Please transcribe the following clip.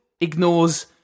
ignores